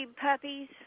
puppies